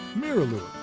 mirrolure,